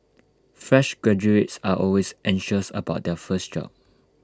fresh graduates are always anxious about their first job